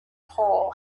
hole